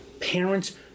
Parents